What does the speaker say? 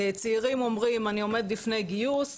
צעירים אומרים, אני עומד לפני גיוס.